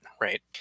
right